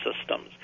systems